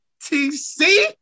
TC